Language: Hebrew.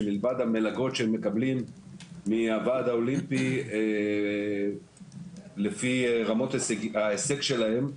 שמלבד המלגות שהם מקבלים מהוועד האולימפי לפי רמות ההישג שלהם,